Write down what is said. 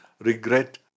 regret